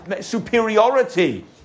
Superiority